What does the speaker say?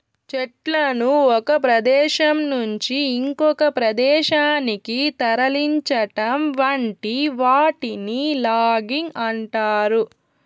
చెట్లను ఒక ప్రదేశం నుంచి ఇంకొక ప్రదేశానికి తరలించటం వంటి వాటిని లాగింగ్ అంటారు